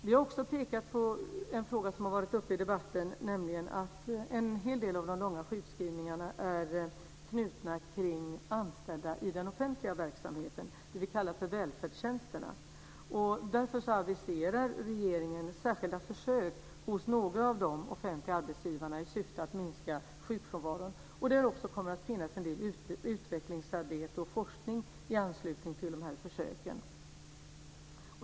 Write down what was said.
Vi har också pekat på en fråga som har varit uppe i debatten, nämligen att en hel del av de långa sjukskrivningarna är knutna till anställda i den offentliga verksamheten, det som vi kallar för välfärdstjänsterna. Därför aviserar regeringen särskilda försök hos några av de offentliga arbetsgivarna i syfte att minska sjukfrånvaron. Det kommer också att finnas en del utvecklingsarbete och forskning i anslutning till dessa försök.